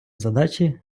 задачі